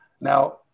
Now